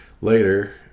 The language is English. later